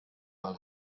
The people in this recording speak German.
mal